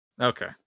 Okay